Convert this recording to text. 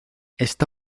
está